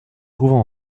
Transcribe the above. trouvant